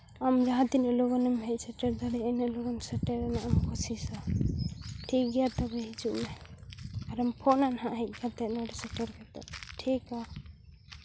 ᱟᱢ ᱡᱟᱦᱟᱸ ᱛᱤᱱᱟᱹᱜ ᱞᱚᱜᱚᱱᱮᱢ ᱦᱮᱡᱽ ᱥᱮᱴᱮᱨ ᱫᱟᱲᱮᱭᱟᱜᱼᱟ ᱩᱱᱟᱹᱜ ᱞᱚᱜᱚᱱ ᱥᱮᱴᱮᱨ ᱨᱮᱱᱟᱜᱼᱮᱢ ᱠᱳᱭᱥᱤᱥᱟ ᱴᱷᱤᱠᱜᱮᱭᱟ ᱛᱚᱵᱮ ᱦᱤᱡᱩᱜ ᱢᱮ ᱟᱨᱮᱢ ᱯᱷᱳᱱᱟ ᱱᱟᱦᱟᱜ ᱠᱷᱟᱱ ᱱᱚᱸᱰᱮ ᱦᱮᱡᱽ ᱠᱟᱛᱮᱫ ᱥᱮᱴᱮᱨ ᱠᱟᱛᱮᱫ ᱴᱷᱤᱠᱜᱮᱭᱟ